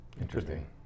Interesting